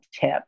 tip